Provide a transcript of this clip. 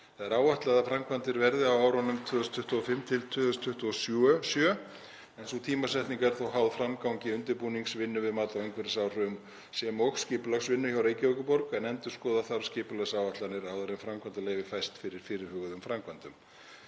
Það er áætlað að framkvæmdir verði á árunum 2025–2027 en sú tímasetning er þó háð framgangi undirbúningsvinnu við mat á umhverfisáhrifum sem og skipulagsvinnu hjá Reykjavíkurborg en endurskoða þarf skipulagsáætlanir áður en framkvæmdaleyfi fæst fyrir fyrirhuguðum framkvæmdum.